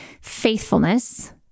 faithfulness